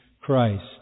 Christ